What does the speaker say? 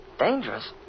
dangerous